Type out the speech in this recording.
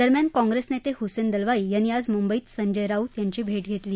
दरम्यान काँप्रेस नेते हुसैन दलवाई यांनी आज मुंबईत संजय राऊत यांची भेट घेतली